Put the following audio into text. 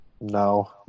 No